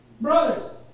Brothers